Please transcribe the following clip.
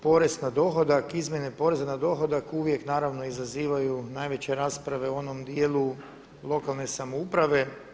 Porez na dohodak, izmjene poreza na dohodak uvijek naravno izazivaju najveće rasprave u onom dijelu lokalne samouprave.